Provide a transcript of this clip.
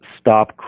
stop